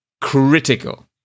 Critical